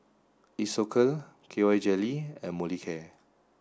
Isocal K Y Jelly and Molicare